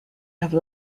have